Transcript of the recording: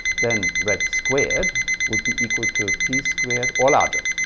then red squared would be equal to p squared or larger.